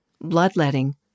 bloodletting